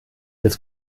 jetzt